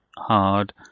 hard